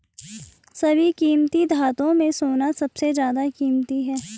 सभी कीमती धातुओं में सोना सबसे ज्यादा कीमती है